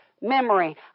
Memory